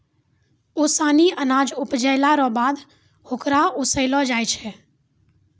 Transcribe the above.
ओसानी अनाज उपजैला रो बाद होकरा ओसैलो जाय छै